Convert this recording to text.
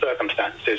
circumstances